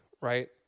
right